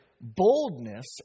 boldness